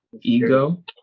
ego